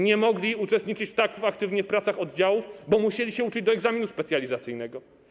Nie mogli uczestniczyć tak aktywnie w pracach oddziałów, bo musieli się uczyć do egzaminu specjalizacyjnego.